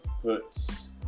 puts